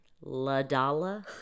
Ladala